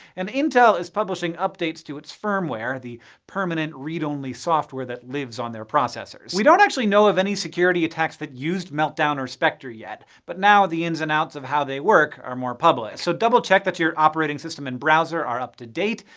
and intel is publishing updates to its firmware, the permanent read-only software that lives on their processors. we don't know of any security attacks that used meltdown or spectre yet, but now the ins and outs of how they work are more public. so double-check that your operating system and browser are up to date,